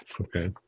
Okay